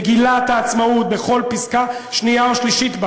מגילת העצמאות בכל פסקה שנייה או שלישית בה